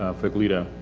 fake leader,